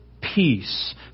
peace